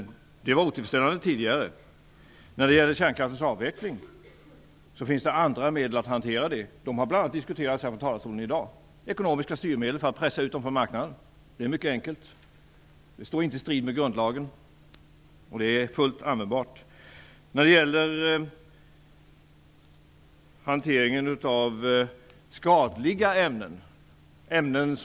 Det skyddet var tidigare otillfredsställande. Kärnkraftens avveckling kan man hantera med andra medel. Sådana har bl.a. diskuterats här i talarstolen i dag. Ett exempel är ekonomiska styrmedel för att pressa ut kärnkraften från marknaden. Det är ett mycket enkelt sätt som inte strider mot grundlagen och är fullt användbart. Jag skall så kommentera hanteringen av skadliga ämnen inom jordbruket.